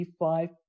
e5